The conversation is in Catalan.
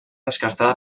descartada